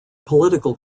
political